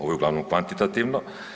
Ovo je uglavnom kvantitativno.